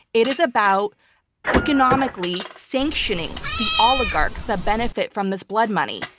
it is about economically sanctioning the oligarchs that benefit from this blood money.